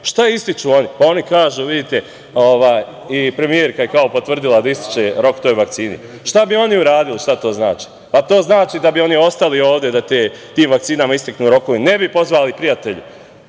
Šta ističu oni, pa oni kažu, vidite i premijerka je, kao potvrdila, da ističe rok toj vakcini. Šta bi oni uradili? Šta to znači? Pa, znači da bi oni ostali ovde da tim vakcinama isteknu rokovi, ne bi pozvali prijatelje. Da